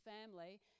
family